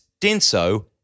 Denso